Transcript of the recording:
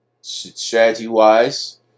Strategy-wise